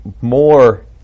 more